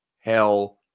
hell